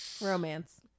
romance